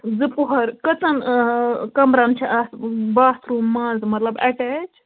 زٕ پۅہَر کٔژَن کمرَن چھِ اتھ باتھ روٗم منٛز مَطلَب اَٹیچ